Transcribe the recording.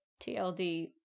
TLD